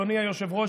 אדוני היושב-ראש,